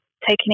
taking